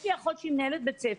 יש לי אחות שהיא מנהלת בית-ספר,